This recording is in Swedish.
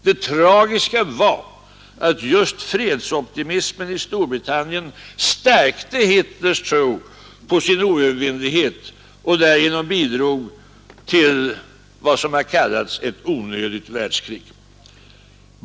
Det tragiska var att just fredsopti 37 mismen i Storbritannien stärkte Hitlers tro på sin oövervinnlighet och därigenom bidrog till vad som har kallats ett onödigt världskrig.